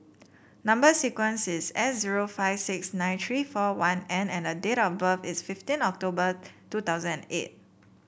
number sequence is S zero five six nine three four one N and date of birth is fifteen October two thousand and eight